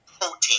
protein